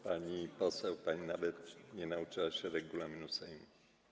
Pani poseł, pani nawet nie nauczyła się regulaminu Sejmu.